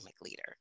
leader